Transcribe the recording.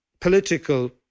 political